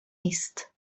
نیست